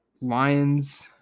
Lions –